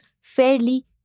fairly